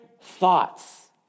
thoughts